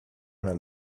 nel